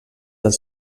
als